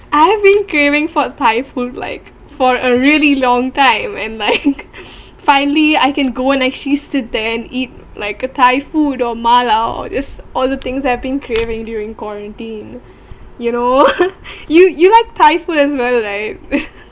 I have been craving for thai food like for a really long time and my finally I can go and actually sit and eat like a thai food or mala just all the things I've been craving during quarantine you know you you love thai food as well right